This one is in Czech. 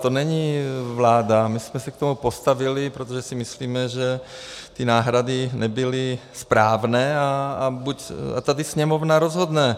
To není vláda, my jsme se k tomu postavili, protože si myslíme, že ty náhrady nebyly správné, a tady Sněmovna rozhodne.